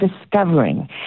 discovering